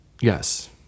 Yes